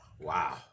Wow